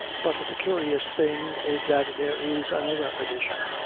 but the curious thing is that there is another edition,